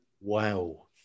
Wow